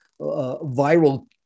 viral